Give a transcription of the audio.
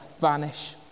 vanish